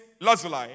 lazuli